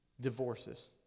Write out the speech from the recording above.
divorces